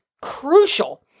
crucial